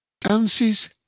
Dances